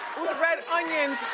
red onions.